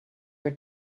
were